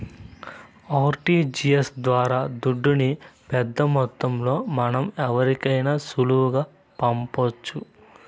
RTGS ద్వారా దుడ్డుని పెద్దమొత్తంలో మనం ఎవరికైనా సులువుగా పంపొచ్చు